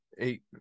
eight